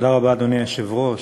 אדוני היושב-ראש,